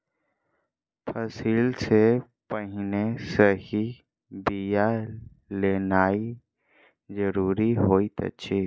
फसिल सॅ पहिने सही बिया लेनाइ ज़रूरी होइत अछि